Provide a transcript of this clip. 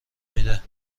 میده